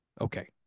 Okay